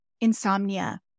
insomnia